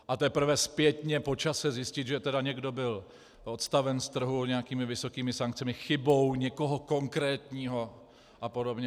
a teprve zpětně po čase zjistit, že tedy někdo byl odstaven z trhu nějakými vysokými sankcemi chybou někoho konkrétního apod.